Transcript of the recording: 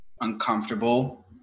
uncomfortable